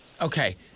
Okay